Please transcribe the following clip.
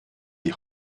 die